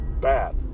bad